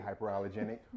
hyperallergenic